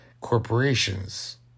corporations